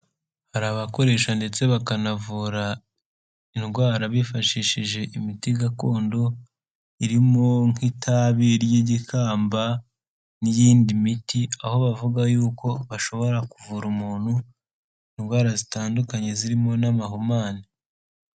Hari abakoresha ndetse bakanavura indwara bifashishije imiti gakondo, irimo nk'itabi ry'igikamba n'iyindi miti, aho bavuga yuko bashobora kuvura umuntu indwara zitandukanye zirimo n'amahumane.